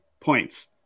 points